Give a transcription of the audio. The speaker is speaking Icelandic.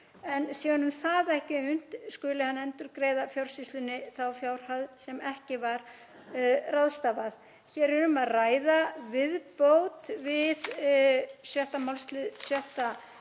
en sé honum það ekki unnt skuli hann endurgreiða Fjársýslunni þá fjárhæð sem ekki var ráðstafað. Hér er um að ræða viðbót við 6. málslið 6.